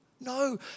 No